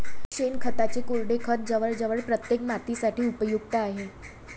शेणखताचे कोरडे खत जवळजवळ प्रत्येक मातीसाठी उपयुक्त आहे